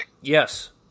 Yes